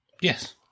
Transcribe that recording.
Yes